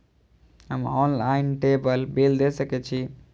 हम online table bill दे सके छी?